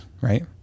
right